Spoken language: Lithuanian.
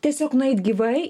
tiesiog nueit gyvai